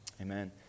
Amen